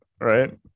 Right